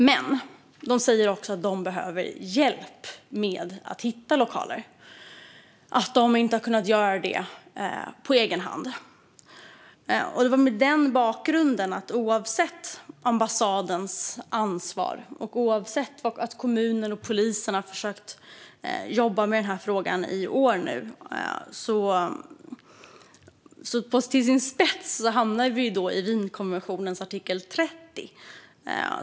Men de säger också att de behöver hjälp med att hitta nya lokaler och att de inte har kunnat göra det på egen hand. Oavsett ambassadens ansvar och oavsett att kommunen och polisen har försökt jobba med frågan i flera år nu hamnar den här frågan, dragen till sin spets, i Wienkonventionens artikel 30.